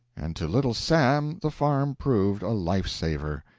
and to little sam the farm proved a life-saver.